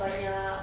banyak